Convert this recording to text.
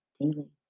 daily